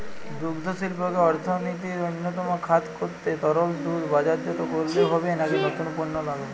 দুগ্ধশিল্পকে অর্থনীতির অন্যতম খাত করতে তরল দুধ বাজারজাত করলেই হবে নাকি নতুন পণ্য লাগবে?